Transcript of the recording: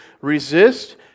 resist